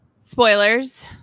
Spoilers